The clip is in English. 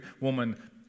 woman